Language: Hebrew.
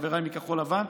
חבריי מכחול לבן.